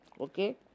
Okay